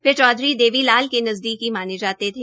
वे चौधरी देवी लाल के नज़दीकी माने जाते थे